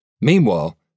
Meanwhile